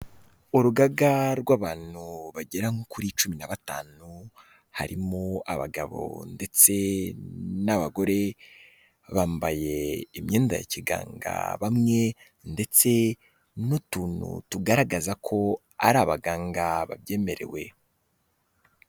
Urugaga rw'abantu bagera kuri cumi na batanu, harimo abagabo ndetse n'abagore, bambaye imyenda ya kiganga bamwe, ndetse n'utuntu tugaragaza ko ari abaganga babyemerewe.